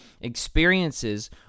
experiences